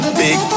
big